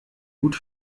gut